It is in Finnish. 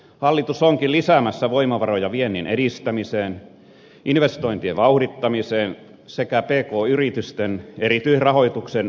hallitus onkin lisäämässä voimavaroja viennin edistämiseen investointien vauhdittamiseen sekä pk yritysten erityisrahoituksen riskinottokykyyn